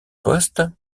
postes